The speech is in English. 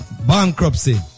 Bankruptcy